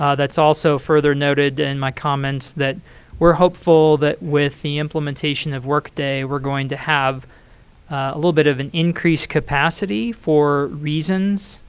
ah that's also further noted in my comments, that we're hopeful that with the implementation of workday, we're going to have a little bit of an increased capacity for reasons,